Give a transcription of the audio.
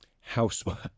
Housework